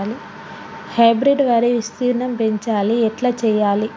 Hybrid వరి విస్తీర్ణం పెంచాలి ఎట్ల చెయ్యాలి?